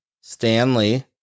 Stanley